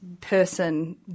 person